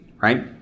right